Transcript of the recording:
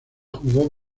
jugó